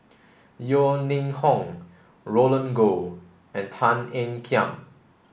Yeo Ning Hong Roland Goh and Tan Ean Kiam